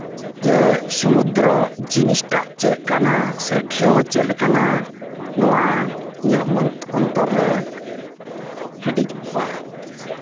ᱡᱮ ᱥᱚᱢᱩᱫᱨᱚ ᱡᱤᱱᱤᱥᱴᱟ ᱪᱮᱫ ᱠᱟᱱᱟ ᱥᱮ ᱰᱷᱮᱣ ᱪᱮᱫ ᱞᱮᱠᱟᱱᱟ ᱱᱚᱣᱟ ᱤᱧᱟᱹᱜ ᱚᱱᱛᱚᱨ ᱨᱮ ᱦᱤᱰᱤᱡ ᱚᱜᱼᱟ